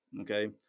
okay